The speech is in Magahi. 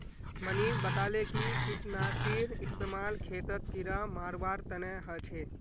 मनीष बताले कि कीटनाशीर इस्तेमाल खेतत कीड़ा मारवार तने ह छे